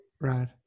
Right